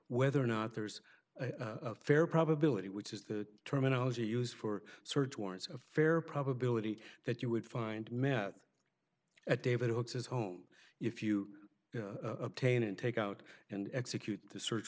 whether or not there's a fair probability which is the terminology used for search warrants a fair probability that you would find met at david oaks as home if you obtain and take out and execute the search